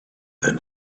than